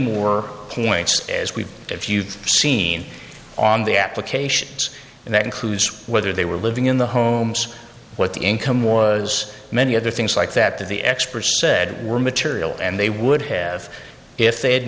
more points as we if you've seen on the applications and that includes whether they were living in the homes what the income was many other things like that that the experts said were material and they would have if they had